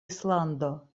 islando